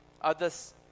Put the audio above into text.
others